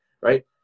right